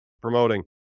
promoting